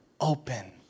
open